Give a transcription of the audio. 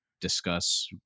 discuss